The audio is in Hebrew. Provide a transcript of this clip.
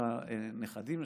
לנכדים,